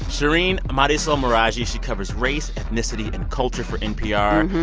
shereen marisol meraji she covers race, ethnicity and culture for npr,